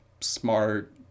smart